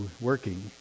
working